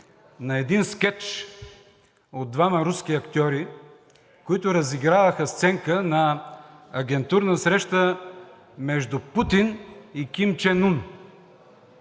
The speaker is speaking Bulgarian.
на един скеч от двама руски актьори, които разиграваха сценка на агентурна среща между Путин и Ким Чен Ун,